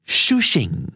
shushing